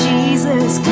Jesus